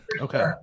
Okay